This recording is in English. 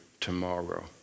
tomorrow